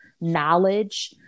knowledge